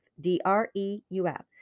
D-R-E-U-F